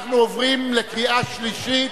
אנחנו עוברים לקריאה שלישית,